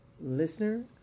listener